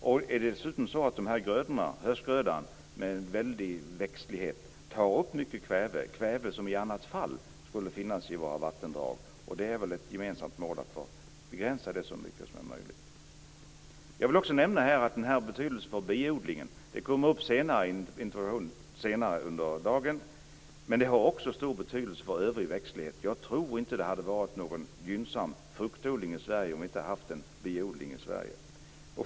Det är dessutom så att de här höstgrödorna med väldig växtlighet tar upp mycket kväve, kväve som i annat fall skulle finnas i våra vattendrag. Det är väl ett gemensamt mål att så mycket som möjligt begränsa det? Jag vill här också nämna att detta har betydelse för biodlingen - den kommer upp i en interpellation senare under dagen - men det har också stor betydelse för övrig växtlighet. Jag tror inte att vi hade haft någon gynnsam fruktodling i Sverige om vi inte hade haft biodling.